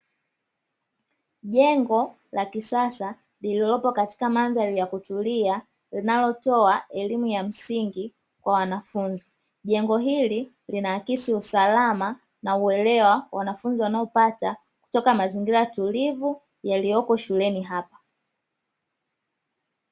Jengo la kisasa lililopo katika mandhari ya kutulia linalotoa elimu ya msingi kwa wanafunzi, jengo hili linaakisi usalama na uelewa wanafunzi wanaopata kutoka mazingira tulivu yaliyopo shuleni hapa.